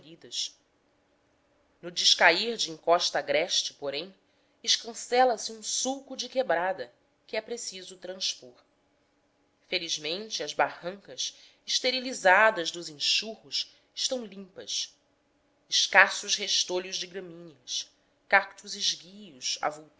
escolhidas no descair da encosta agreste porém escancela se um sulco de quebrada que é preciso transpor felizmente as barrancas esterilizadas dos enxurros estão limpas escassos restolhos de gramíneas cactos esguios